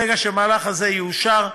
ברגע שהמהלך הזה יאושר,